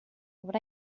what